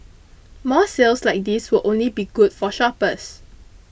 more sales like these will only be good for shoppers